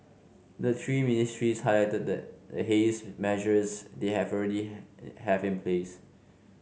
the three ministries highlighted the haze measures they have already have in place